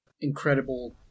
incredible